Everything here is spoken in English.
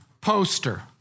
poster